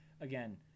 again